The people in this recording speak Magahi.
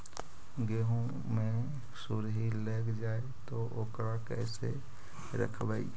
गेहू मे सुरही लग जाय है ओकरा कैसे रखबइ?